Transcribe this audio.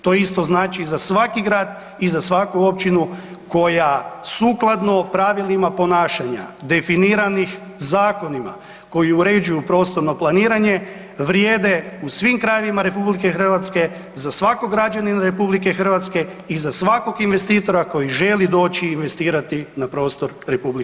To isto znači i za svaki grad i za svaku općinu koja sukladno pravilima ponašanja definiranih zakona koji uređuju prostorno planiranje, vrijede u svim krajevima RH, za svakog građanina RH i za svakog investitora koji želi doći i investira na prostor RH.